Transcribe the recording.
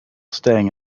staying